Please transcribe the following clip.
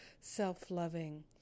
self-loving